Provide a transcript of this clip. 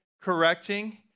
correcting